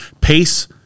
Pace